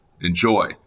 enjoy